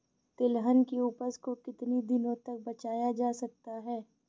तिलहन की उपज को कितनी दिनों तक बचाया जा सकता है?